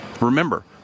Remember